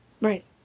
Right